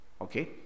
okay